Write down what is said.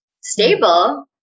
stable